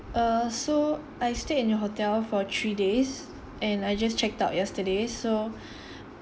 err so I stayed in your hotel for three days and I just checked out yesterday so